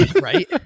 Right